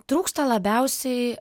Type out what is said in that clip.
trūksta labiausiai